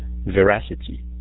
veracity